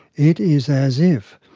it is as if,